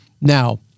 Now